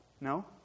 No